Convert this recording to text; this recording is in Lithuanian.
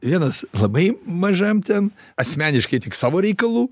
vienas labai mažam ten asmeniškai tik savo reikalų